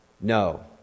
No